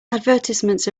advertisements